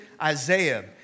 Isaiah